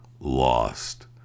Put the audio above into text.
lost